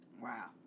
Wow